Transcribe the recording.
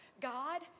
God